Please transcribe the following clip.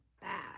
bad